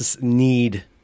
need